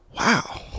Wow